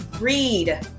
read